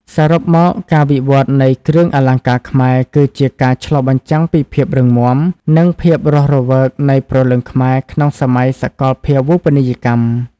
សរុបមក ការវិវត្តនៃគ្រឿងអលង្ការខ្មែរ គឺជាការឆ្លុះបញ្ចាំងពីភាពរឹងមាំ និងភាពរស់រវើកនៃព្រលឹងខ្មែរក្នុងសម័យសកលភាវូបនីយកម្ម។